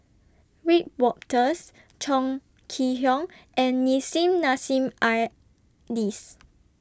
Wiebe Wolters Chong Kee Hiong and Nissim Nassim Adis